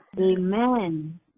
Amen